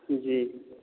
जी